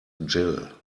jill